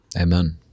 Amen